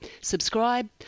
subscribe